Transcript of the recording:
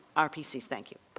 rpcs. thank you.